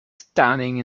standing